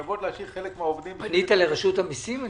פנית לרשות המיסים?